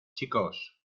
chicos